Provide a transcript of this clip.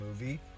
movie